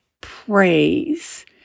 praise